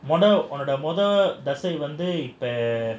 உன்னோட மொத தச வந்து இப்போ:unnoda motha thasa vandhu